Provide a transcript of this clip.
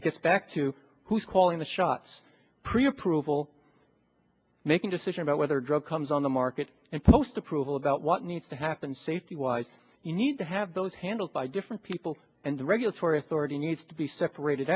it gets back to who's calling the shots pre approval making decision about whether drug comes on the market and post approval about what needs to happen safety wise you need to have those handled by different people and the regulatory authority needs to be separated